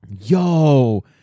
Yo